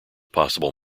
possible